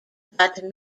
that